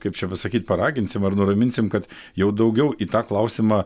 kaip čia pasakyt paraginsim ar nuraminsim kad jau daugiau į tą klausimą